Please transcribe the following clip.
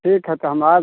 ठीक है तो हम आते हैं